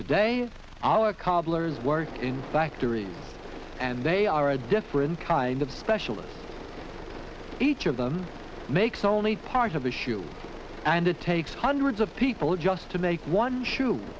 with all our cobblers work in factories and they they are a different kind of specialist each of them makes only part of the shoe and it takes hundreds of people just to make one shoe